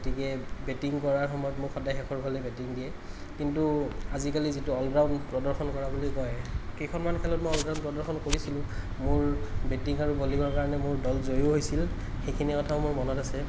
গতিকে বেটিং কৰাৰ সময়ত মোক সদায় শেষৰফালে বেটিং দিয়ে কিন্তু আজিকালি যিটো অল ৰাউণ্ড প্ৰদৰ্শন কৰা বুলি কয় কেইখনমান খেলত মই অল ৰাউণ্ড প্ৰদৰ্শন কৰিছিলোঁ মোৰ বেটিং আৰু বলিঙৰ কাৰণে মোৰ দল জয়ীও হৈছিল সেইখিনি কথাও মোৰ মনত আছে